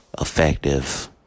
effective